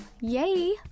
Yay